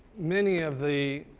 many of the